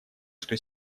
что